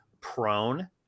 prone